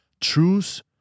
Truth